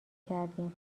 کردیم